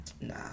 nah